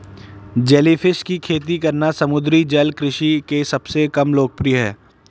jellyfish की खेती करना समुद्री जल कृषि के सबसे कम लोकप्रिय है